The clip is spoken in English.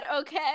okay